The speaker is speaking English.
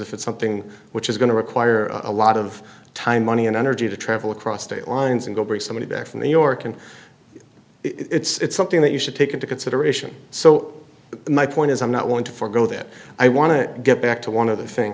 if it's something which is going to require a lot of time money and energy to travel across state lines and go bring somebody back from the york and it's something that you should take into consideration so my point is i'm not willing to forego that i want to get back to one other thing